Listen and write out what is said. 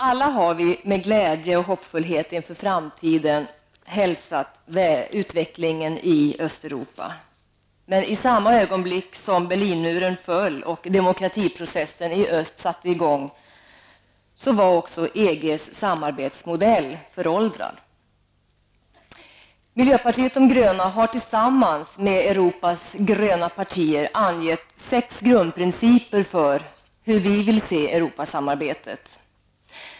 Alla har vi med glädje och hoppfullhet inför framtiden hälsat utvecklingen i Östeuropa, men i samma ögonblick som Berlinmuren föll och demokratiprocessen just satte i gång var också EGs samarbetsmodell föråldrad. Europas andra gröna partier angivet sex grundprinciper för hur de vill ha 1.